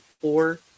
four